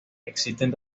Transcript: existen